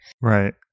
Right